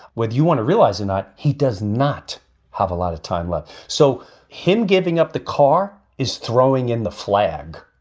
whether you want to realize or not. he does not have a lot of time left. so him giving up the car is throwing in the flag.